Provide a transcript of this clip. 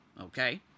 okay